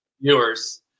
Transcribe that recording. viewers